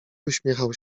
uśmiechał